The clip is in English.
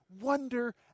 Wonder